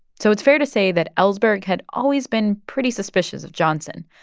so it's fair to say that ellsberg had always been pretty suspicious of johnson,